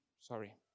Sorry